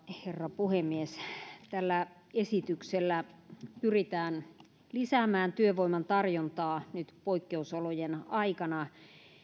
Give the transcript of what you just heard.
herra puhemies tällä esityksellä pyritään lisäämään työvoiman tarjontaa nyt poikkeusolojen aikana